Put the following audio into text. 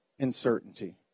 uncertainty